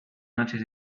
noches